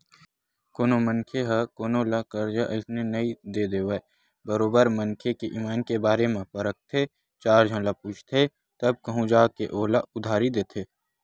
कोनो मनखे ह कोनो ल करजा अइसने नइ दे देवय बरोबर मनखे के ईमान के बारे म परखथे चार झन ल पूछथे तब कहूँ जा के ओला उधारी देथे